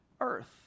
earth